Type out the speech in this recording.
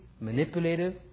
manipulative